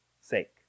sake